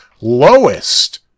lowest